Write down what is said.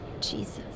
Jesus